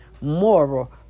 Moral